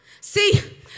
see